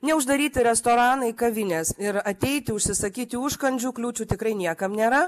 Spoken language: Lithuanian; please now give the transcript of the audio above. neuždaryti restoranai kavinės ir ateiti užsisakyti užkandžių kliūčių tikrai niekam nėra